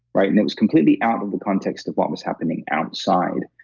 right? and it was completely out of the context of what was happening outside.